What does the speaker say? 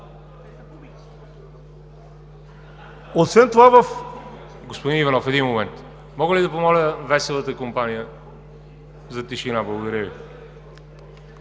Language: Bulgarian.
ВАЛЕРИ ЖАБЛЯНОВ: Господин Иванов, един момент. Мога ли да помоля веселата компания за тишина. Благодаря Ви.